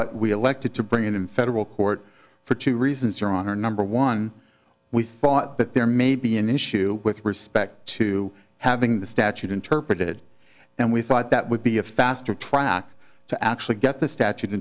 but we elected to bring it in federal court for two reasons your honor number one we thought that there may be an issue with respect to having the statute interpreted and we thought that would be a faster track to actually get the statute